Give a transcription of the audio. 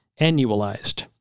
annualized